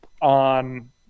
on